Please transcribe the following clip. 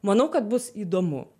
manau kad bus įdomu